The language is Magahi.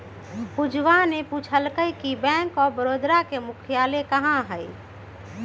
पूजवा ने पूछल कई कि बैंक ऑफ बड़ौदा के मुख्यालय कहाँ हई?